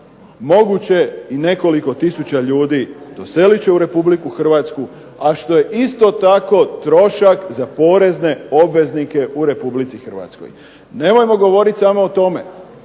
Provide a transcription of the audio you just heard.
moguće i nekoliko tisuća ljudi doselit će u Republiku Hrvatsku, a što je isto tako trošak za porezne obveznike u Republici Hrvatskoj. Nemojmo govoriti samo o tome